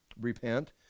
Repent